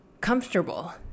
comfortable